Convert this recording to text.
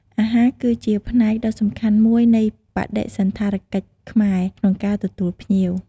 អាហារ គឺជាផ្នែកដ៏សំខាន់មួយនៃបដិសណ្ឋារកិច្ចខ្មែរ ក្នុងការទទួលភ្ញៀវ។